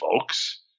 folks